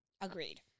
Agreed